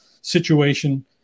situation